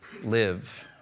live